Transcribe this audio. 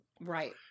Right